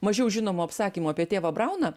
mažiau žinomų apsakymų apie tėvą brauną